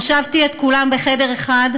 הושבתי את כולם בחדר אחד.